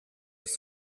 bis